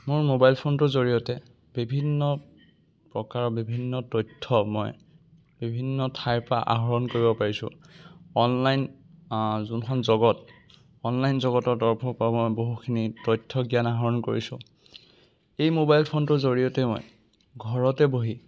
মোৰ মোবাইল ফোনটোৰ জৰিয়তে বিভিন্ন প্ৰকাৰৰ বিভিন্ন তথ্য মই বিভিন্ন ঠাইৰ পৰা আহৰণ কৰিব পাৰিছোঁ অনলাইন যোনখন জগত অনলাইন জগতৰ তৰফৰ পৰা মই বহুখিনি তথ্যজ্ঞান আহৰণ কৰিছোঁ এই মোবাইল ফোনটোৰ জৰিয়তে মই ঘৰতে বহি